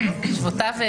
שמותיו.